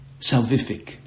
salvific